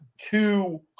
two